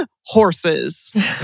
horses